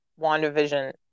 WandaVision